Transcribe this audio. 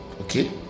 Okay